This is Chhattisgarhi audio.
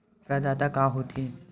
प्रदाता का हो थे?